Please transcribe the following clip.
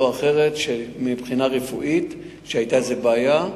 או אחרת שמבחינה רפואית היתה איזו בעיה.